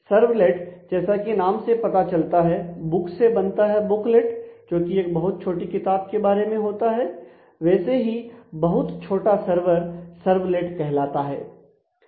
servlet जैसा कि नाम से पता चलता है बुक से बनता है बुकलेट जो कि एक बहुत छोटी किताब के बारे में होता है वैसे ही बहुत छोटा सर्वर सर्वलेट कहलाता है